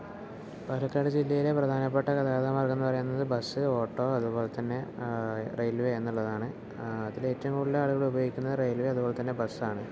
പാലക്കാട് ജില്ലയിലെ പ്രധാനപ്പെട്ട ഗതാഗത മാർഗ്ഗം എന്ന് പറയുന്നത് ബസ്സ് ഓട്ടോ അതുപോലെ തന്നെ റെയിൽവേ എന്നുള്ളതാണ് അതിൽ ഏറ്റവും കൂടുതൽ ആളുകൾ ഉപയോഗിക്കുന്നത് റെയിൽവേ അതുപോലെ തന്നെ ബസ്സാണ്